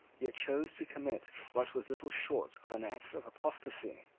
yet chose to commit what was little short of an act of apostasy,